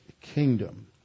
kingdom